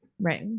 Right